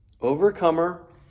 Overcomer